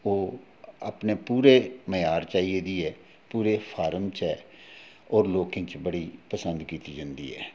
ओ्ह् अपने पूरे मयार च आई ए दी ऐ पूरे फार्म च ऐ और लोकें च बड़ी पसंद कीती जंदी ऐ